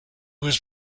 was